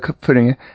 putting